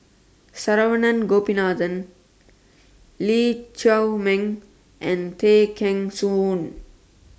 Saravanan Gopinathan Lee Chiaw Meng and Tay Kheng Soon